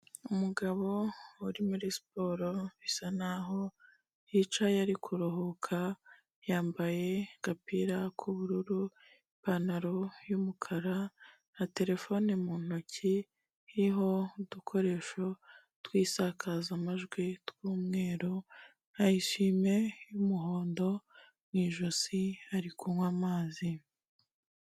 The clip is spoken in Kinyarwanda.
Umugabo uri muri siporo bisa naho hicaye ari kuruhuka, yambaye agapira k'ubururu, ipantaro y'umukara na terefone mu ntoki iriho udukoresho tw'isakazamajwi tw'umweru na esuwime y'umuhondo mu ijosi, ari kunywa amazi.